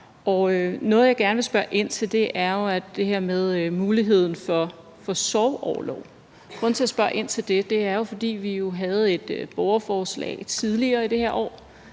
Noget, jeg gerne vil spørge ind til, er det her med mulighedheden for sorgorlov. Grunden til, at jeg spørger ind til det, er, at vi havde et borgerforslag tidligere det her år